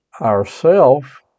ourself